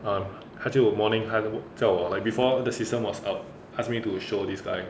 um 她就 morning 她叫我 like before the system was up ask me to show this guy